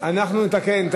אנחנו נתקן.